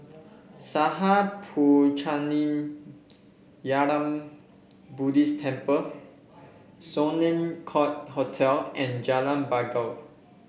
Sattha Puchaniyaram Buddhist Temple Sloane Court Hotel and Jalan Bangau